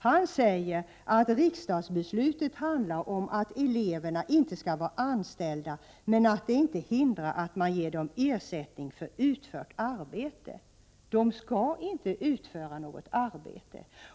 Han säger att riksdagsbeslutet handlar om att eleverna inte skall vara anställda, men att detta inte hindrar att man ger dem ersättning för utfört arbete. De skall inte utföra något arbete.